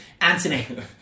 Anthony